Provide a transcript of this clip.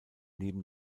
neben